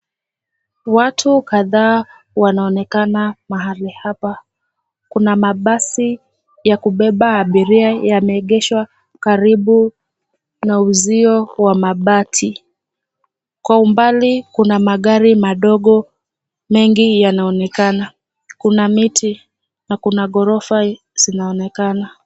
Watu kadhaa wanaonekana mahali hapa. Kuna mabasi ya kubeba abiria yameegeshwa karibu na uzio wa mabati. Kwa umbali, kuna magari madogo mengi yanaonekana. Kuna miti, na kuna gorofa zinaonekana.